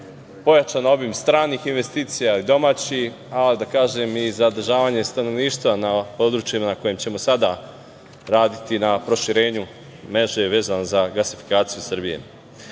pojačan obim stranih investicija i domaćih, a, da kažem, i zadržavanje stanovništva na područjima na kojima ćemo sada raditi na proširenju mreže vezano za gasifikaciju